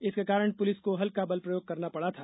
इसके कारण पुलिस को हल्का बल प्रयोग करना पड़ा था